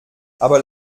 aber